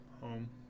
home